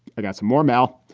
i got some more mail,